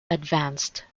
advanced